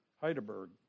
Heidelberg